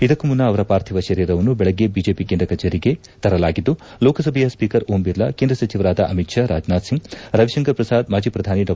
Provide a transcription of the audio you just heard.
ಇದಕ್ಕೂ ಮುನ್ನ ಅವರ ಪಾರ್ಥಿವ ಶರೀರವನ್ನು ಬೆಳಗ್ಗೆ ಬಿಜೆಪಿ ಕೇಂದ್ರ ಕಚೇರಿಗೆ ತರಲಾಗಿದ್ದು ಲೋಕಸಭೆಯ ಸ್ವೀಕರ್ ಓಂ ಬಿರ್ಲಾ ಕೇಂದ್ರ ಸಚಿವರಾದ ಅಮಿತ್ ಷಾ ರಾಜನಾಥ್ ಸಿಂಗ್ ರವಿಶಂಕರ್ ಪ್ರಸಾದ್ ಮಾಜಿ ಪ್ರಧಾನಿ ಡಾ